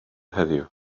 heddiw